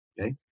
Okay